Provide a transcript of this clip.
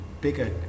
bigger